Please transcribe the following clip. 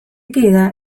queda